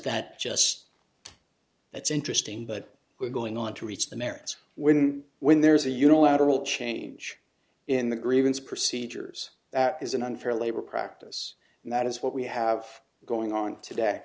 that just that's interesting but we're going on to reach the merits when when there's a unilateral change in the grievance procedures that is an unfair labor practice and that is what we have going on today